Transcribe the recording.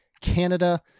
Canada